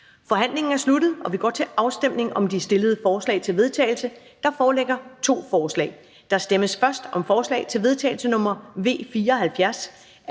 Forhandlingen er sluttet, og vi går til afstemning om de fremsatte forslag til vedtagelse. Der foreligger to forslag. Der stemmes først om forslag til vedtagelse nr. V 74